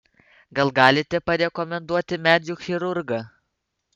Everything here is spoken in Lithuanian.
gal galite parekomenduoti medžių chirurgą